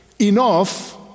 Enough